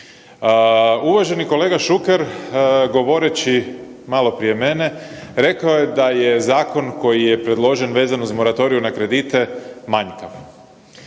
Uvaženi kolega Šuker, govoreći malo prije mene, rekao je da je zakon koji je predložen vezan uz moratorij na kredite manjkav.